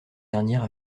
dernière